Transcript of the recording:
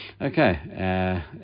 Okay